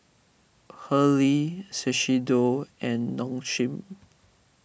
Hurley Shiseido and Nong Shim